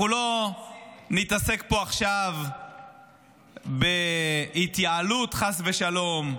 אנחנו לא נתעסק פה עכשיו בהתייעלות, חס ושלום.